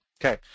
Okay